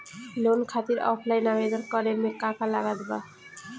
Loan खातिर offline आवेदन करे म का का लागत बा?